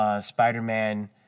Spider-Man